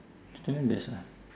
that time there's a